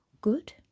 good